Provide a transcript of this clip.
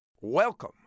Welcome